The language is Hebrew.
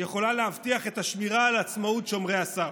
יכולה להבטיח את השמירה על עצמאות שומרי הסף,